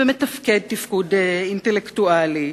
ומתפקד תפקוד אינטלקטואלי,